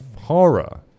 horror